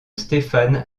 stéphane